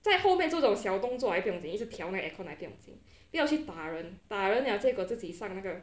在后面做这种小动作还不用紧一直调那个 aircon 不用紧不要去打人打人 liao 结果自己上那个